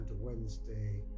Wednesday